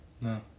No